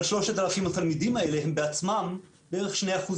אבל 3,000 התלמידים האלה הם בעצמם בערך 2%